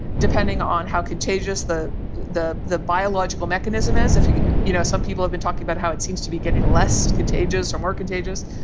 depending on how contagious the the the biological mechanism is. if you know, some people i've been talking about how it seems to be getting less contagious or more contagious.